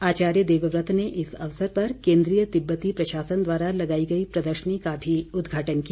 आचार्य देवव्रत ने इस अवसर पर केंद्रीय तिब्बती प्रशासन द्वारा लगाई गई प्रदर्शनी का भी उद्घाटन किया